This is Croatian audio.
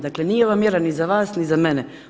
Dakle, nije ova mjera ni za vas ni za mene.